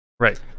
Right